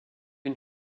une